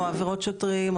או עבירות שוטרים,